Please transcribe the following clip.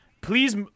Please